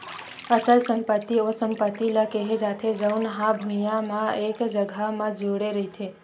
अचल संपत्ति ओ संपत्ति ल केहे जाथे जउन हा भुइँया म एक जघा म जुड़े रहिथे